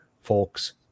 folks